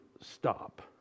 stop